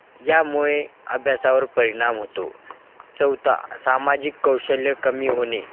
यामुळे अभ्यासावर परिणाम होतो चौथा सामाजिक कौशल्य कमी होणे